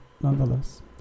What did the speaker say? nonetheless